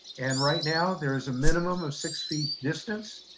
and, right now, there is a minimum of six feet distance,